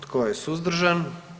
Tko je suzdržan?